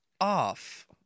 off